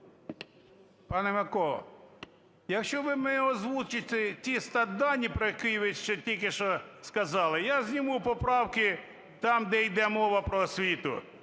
Пане Миколо, якщо ви мені озвучите ті статдані, про які ви тільки що сказали, я зніму поправки там, де йде мова про освіту,